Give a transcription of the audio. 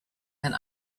and